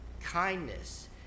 kindness